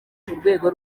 urwego